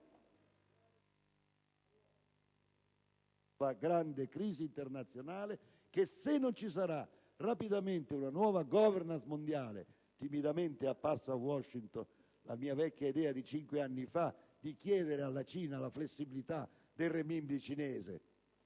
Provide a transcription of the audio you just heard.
grande crisi internazionale. Se non ci sarà rapidamente una nuova *governance* mondiale - timidamente apparsa a Washington con la mia vecchia idea di cinque anni fa di chiedere alla Cina la flessibilità del renminbi cinese